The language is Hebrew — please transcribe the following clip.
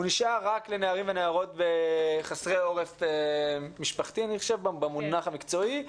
הוא נשאר רק לנערים ונערות חסרי עורף משפחתי המונח המקצועי.